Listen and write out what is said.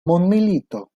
mondmilito